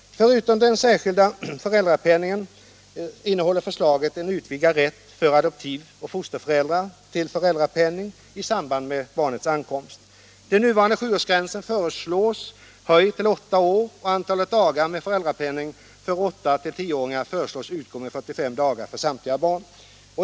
Förutom den särskilda föräldrapenningen innehåller förslaget en utvidgad rätt för adoptivoch fosterföräldrar till föräldrapenning i samband med barnets ankomst. Den nuvarande sjuårsgränsen föreslås höjd till åtta år, och antalet dagar med föräldrapenning för åttatill tioåringar föreslås utgå under 45 dagar för samtliga barn.